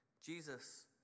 Jesus